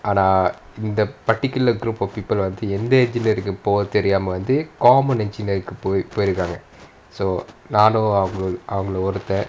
ஆனா இந்த:aana intha particular group of people வந்து எந்த vanthu entha engineering போறது னு தெரியாம:porathu nu teriyaama common engineering போய் இருகாங்க:poyi irukanga so நானும் அவங்கள்ல ஒருத்தன்:naanum avangalla oruthan